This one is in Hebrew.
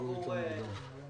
בחולים עבור